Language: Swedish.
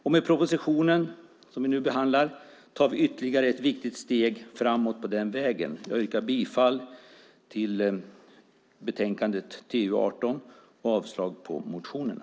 Med den proposition som vi nu behandlar tar vi ytterligare ett viktigt steg framåt. Jag yrkar bifall till utskottets förslag och avslag på motionerna.